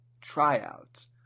tryouts